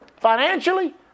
Financially